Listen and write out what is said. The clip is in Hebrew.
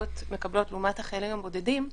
מתנדבות מקבלות לעומת החיילים הבודדים נראה,